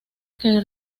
que